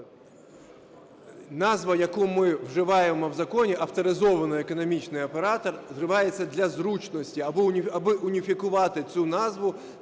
Назва, яку ми вживаємо в законі "авторизований економічний оператор", вживається для зручності аби уніфікувати цю назву,